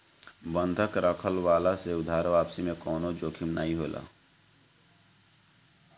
बंधक रखववला से उधार वापसी में कवनो जोखिम नाइ होला